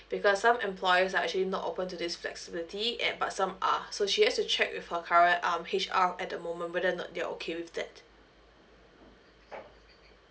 because some employers are actually not open to this flexibility and but some are so she has to check with her current um H_R at the moment whether or not they're okay with that